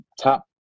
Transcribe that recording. top